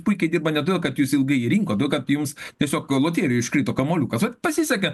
puikiai dirba ne todėl kad jūs ilgai jį rinkot todėl kad jums tiesiog gal loterijoj iškrito kamuoliukasvat pasisekė